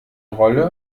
rolle